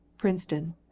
PRINCETON